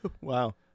Wow